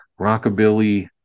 rockabilly